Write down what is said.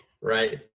right